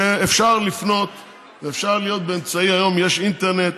שאפשר לפנות באמצעים, היום יש אינטרנט.